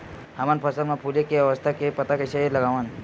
हमन फसल मा फुले के अवस्था के पता कइसे लगावन?